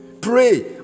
Pray